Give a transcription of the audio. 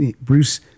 Bruce